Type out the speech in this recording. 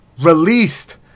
released